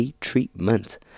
treatment